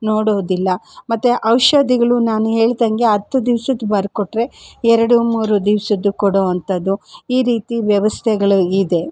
ನೋಡೋದಿಲ್ಲ ಮತ್ತೆ ಔಷಧಿಗಳು ನಾನು ಹೇಳ್ದಂಗೆ ಹತ್ತು ದಿವ್ಸದ್ದು ಬರ್ಕೊಟ್ಟರೆ ಎರಡು ಮೂರು ದಿವಸದ್ದು ಕೊಡೋವಂಥದ್ದು ಈ ರೀತಿ ವ್ಯವಸ್ಥೆಗಳು ಇದೆ